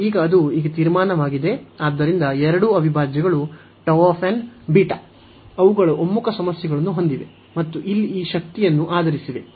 ಮತ್ತು ಈಗ ಅದು ಈಗ ತೀರ್ಮಾನವಾಗಿದೆ ಆದ್ದರಿಂದ ಎರಡೂ ಅವಿಭಾಜ್ಯಗಳು Γ ಬೀಟಾ ಅವುಗಳು ಒಮ್ಮುಖ ಸಮಸ್ಯೆಗಳನ್ನು ಹೊಂದಿವೆ ಮತ್ತು ಇಲ್ಲಿ ಈ ಶಕ್ತಿಯನ್ನು ಆಧರಿಸಿವೆ